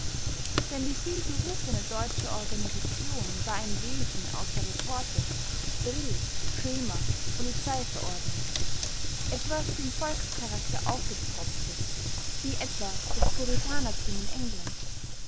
denn die vielberufene deutsche organisation war ein wesen aus der retorte drill schema polizeiverordnung etwas dem volkscharakter aufgepfropftes wie etwa das puritanertum in england